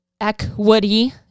equity